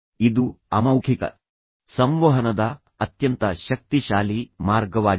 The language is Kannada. ಇದು ಅಮೌಖಿಕ ಸಂವಹನದ ಅತ್ಯಂತ ಶಕ್ತಿಶಾಲಿ ಮಾರ್ಗವಾಗಿದೆ